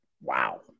wow